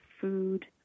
food